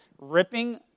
ripping